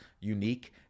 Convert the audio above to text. unique